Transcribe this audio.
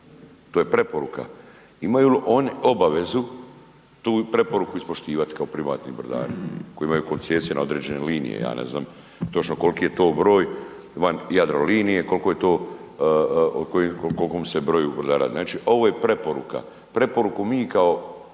to je preporuka. Imaju li oni obavezu tu preporuku ispoštivati kao privatni brodari koji imaju koncesije na određene linije, ja ne znam točno kolki je to broj van Jadrolinije, kolko je to, o kom se broju brodara radi. Znači ovo je preporuka, preporuku mi kao,